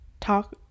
talk